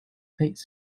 faced